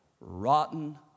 rotten